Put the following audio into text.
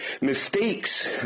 mistakes